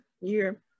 year